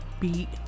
beat